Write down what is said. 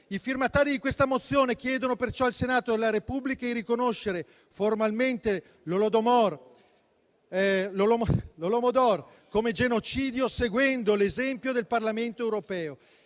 I firmatari di questa mozione chiedono perciò al Senato della Repubblica di riconoscere formalmente l'Holodomor come genocidio, seguendo l'esempio del Parlamento europeo,